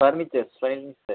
furniture furniture